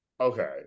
okay